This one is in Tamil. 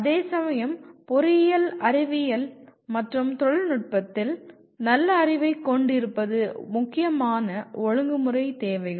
அதேசமயம் பொறியியல் அறிவியல் மற்றும் தொழில்நுட்பத்தில் நல்ல அறிவைக் கொண்டு இருப்பது முக்கியமான ஒழுங்குமுறை தேவைகள்